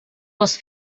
les